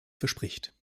verspricht